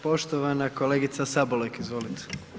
Poštovana kolegica Sabolek, izvolite.